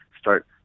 start